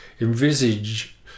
envisage